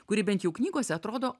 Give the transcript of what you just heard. kuri bent jau knygose atrodo